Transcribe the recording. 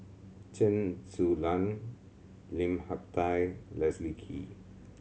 Chen Su Lan Lim Hak Tai Leslie Kee